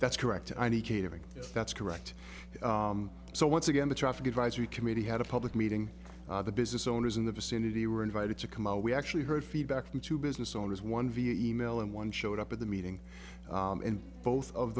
that's correct i need catering that's correct so once again the traffic advisory committee had a public meeting the business owners in the vicinity were invited to come out we actually heard feedback from two business owners one via e mail and one showed up at the meeting and both of